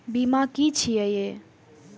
बीमा की छी ये?